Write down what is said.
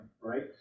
right